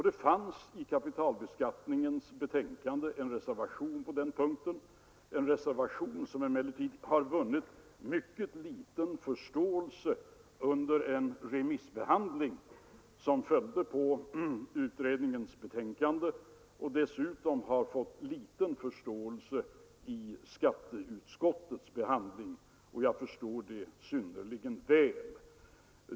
Det fanns i kapitalskatteberedningens betänkande en reservation på den punkten — en reservation som emellertid har vunnit mycken liten förståelse under den remissbehandling som följde på utredningens betänkande och som dessutom har rönt föga förståelse vid behandlingen i skatteutskottet. Jag förstår det synnerligen väl.